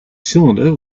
cylinder